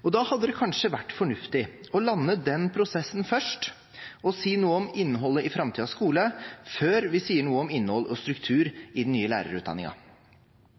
Da hadde det kanskje vært fornuftig å lande den prosessen først og si noe om innholdet i framtidens skole, før vi sier noe om innhold og struktur i den nye